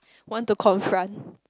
want to confront